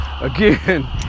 again